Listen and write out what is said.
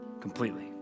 completely